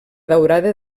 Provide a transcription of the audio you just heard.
daurada